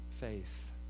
faith